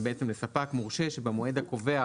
זה בעצם לספק מורשה שבמועד הקובע,